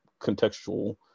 contextual